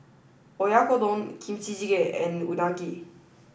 Oyakodon Kimchi Jjigae and Unagi